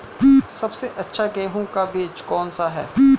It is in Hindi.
सबसे अच्छा गेहूँ का बीज कौन सा है?